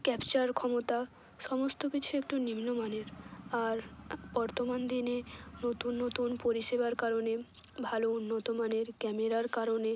capture ক্ষমতা সমস্ত কিছুই একটু নিম্নমানের আর বর্তমান দিনে নতুন নতুন পরিষেবার কারণে ভালো উন্নত মানের ক্যামেরার কারণে